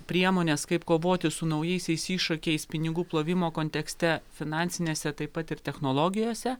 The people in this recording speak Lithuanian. priemonės kaip kovoti su naujaisiais iššūkiais pinigų plovimo kontekste finansinėse taip pat ir technologijose